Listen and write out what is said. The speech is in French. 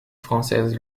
françaises